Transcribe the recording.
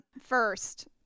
first